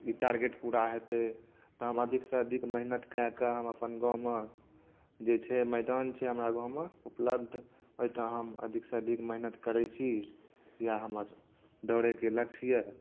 ई target पूरा हेतै तऽ हम अधिकसँ अधिक मेहनत कऽ कऽ हम अपन गाममे जे छै मैदान छै हमरा गाममे उपलब्ध ओहिठाम हम अधिकसँ अधिक मेहनत करै छी इएह हमर दौड़ेक लक्ष्य अइ